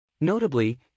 Notably